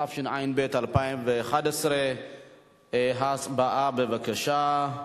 התשע"ב 2011. הצבעה, בבקשה.